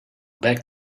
back